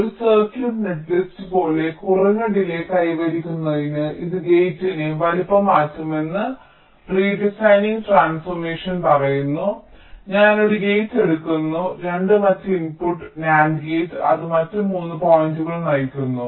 ഒരു circuit netlist പോലെ കുറഞ്ഞ ഡിലേയ് കൈവരിക്കുന്നതിന് ഇത് ഗേറ്റിന്റെ വലുപ്പം മാറ്റുമെന്ന് റീസൈഡിങ് ട്രാൻസ്ഫോർമേഷൻ പറയുന്നു ഞാൻ ഒരു ഗേറ്റ് എടുക്കുന്നു 2 മറ്റ് ഇൻപുട്ട് NAND ഗേറ്റ് അത് മറ്റ് 3 പോയിന്റുകൾ നയിക്കുന്നു